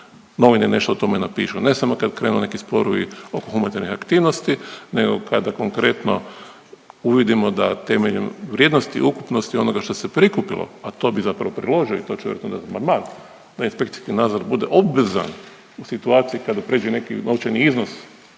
novine nešto o tome napišu, ne samo kad krenu neki sporovi oko humanitarnih aktivnosti nego kada konkretno uvidimo da temeljem vrijednosti ukupnosti onoga što se prikupilo, a to bi zapravo priložio i to ću vjerojatno dati amandman, da inspekcijski nadzor bude obvezan u situaciji kada pređe neki novčani iznos